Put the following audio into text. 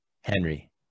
Henry